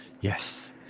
yes